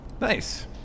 Nice